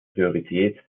priorität